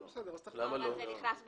זה נכנס ב-20%?